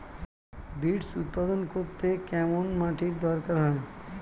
Beets উৎপাদন করতে কেরম মাটির দরকার হয়?